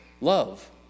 love